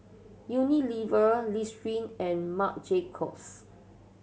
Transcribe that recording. Unilever Listerine and Marc Jacobs